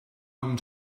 home